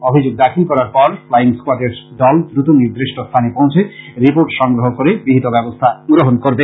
অভিযোগ দাখিল করার পর ফ্লাইং স্কোয়াডের দল দ্রুত নির্দিষ্ট স্থানে পৌছে রিপোর্ট সংগ্রহ করে বিহিত ব্যবস্থা গ্রহণ করবে